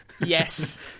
yes